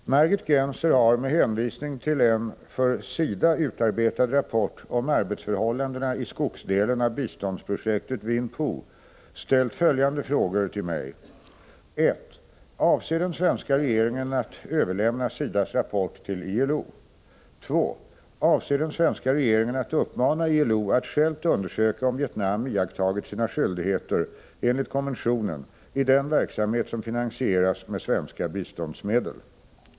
Fru talman! Margit Gennser har med hänvisning till en för SIDA utarbetad rapport om arbetsförhållandena i skogsdelen av biståndsprojektet Vinh Phu ställt följande frågor till mig: 1. Avser den svenska regeringen att överlämna SIDA:s rapport till ILO? 2. Avser den svenska regeringen att uppmana ILO att självt undersöka om Vietnam iakttagit sina skyldigheter enligt konventionen i den verksamhet som finansieras med svenska biståndsmedel?